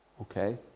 Okay